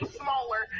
smaller